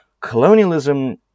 colonialism